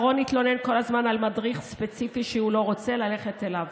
"שרון התלונן כל הזמן על מדריך ספציפי שהוא לא רוצה ללכת אליו,